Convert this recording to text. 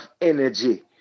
energy